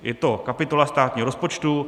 Je to kapitola státního rozpočtu.